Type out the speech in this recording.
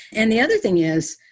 and the other thing is,